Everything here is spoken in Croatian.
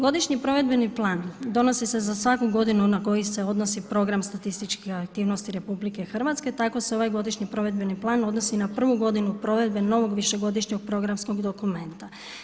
Godišnji provedbeni plan donosi se za svaku godinu na koju se odnosi program statističkih aktivnosti RH, tako se ovaj godišnji provedbeni plan odnosi na prvu godinu provedbe novog višegodišnjeg programskog dokumenta.